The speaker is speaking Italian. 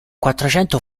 quattrocento